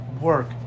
work